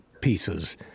pieces